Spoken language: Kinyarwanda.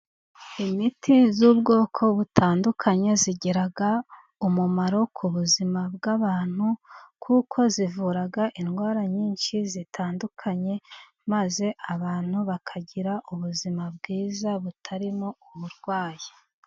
Imiti y'ubwoko butandukanye， igira umumaro ku buzima bw'abantu， kuko ivura indwara nyinshi zitandukanye， maze abantu bakagira ubuzima bwiza butarimo umurwayi.